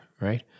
right